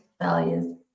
values